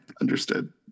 understood